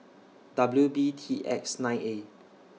W B T X nine A